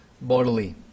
bodily